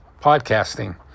podcasting